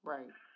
Right